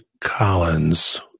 Collins